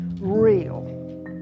real